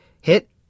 hit